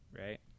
right